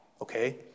Okay